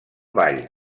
ball